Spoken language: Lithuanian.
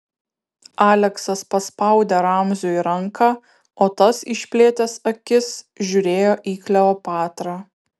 aleksas paspaudė ramziui ranką o tas išplėtęs akis žiūrėjo į kleopatrą